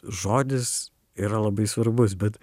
žodis yra labai svarbus bet